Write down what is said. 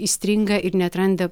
įstringa ir neatranda